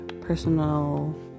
personal